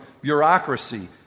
bureaucracy